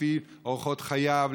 לפי אורחות חייו,